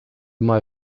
mal